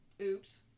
oops